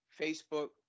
Facebook